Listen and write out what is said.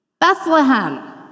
Bethlehem